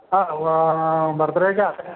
ആ ബർത്ഡേക്കാണ്